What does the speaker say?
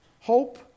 hope